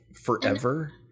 forever